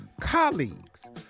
colleagues